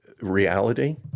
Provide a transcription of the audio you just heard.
reality